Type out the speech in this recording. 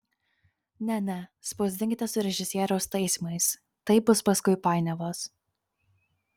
ne ne spausdinkite su režisieriaus taisymais taip bus paskui painiavos